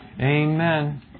Amen